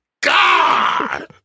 God